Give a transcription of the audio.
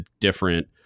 different